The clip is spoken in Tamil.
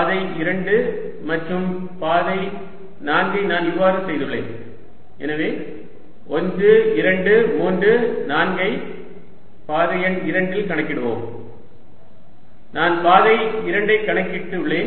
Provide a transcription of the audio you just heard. பாதை 2 மற்றும் பாதை 4 ஐ நான் இவ்வாறு செய்துள்ளேன் எனவே 1 2 3 4 ஐக் பாதை எண் 2 இல் கணக்கிடுவோம் நான் பாதை 2 ஐக் கணக்கிட்டு உள்ளேன்